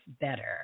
better